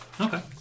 Okay